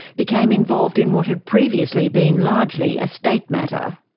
became involved in what had previously been largely a state matter.